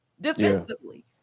defensively